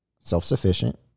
self-sufficient